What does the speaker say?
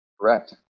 Correct